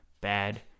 bad